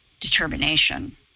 determination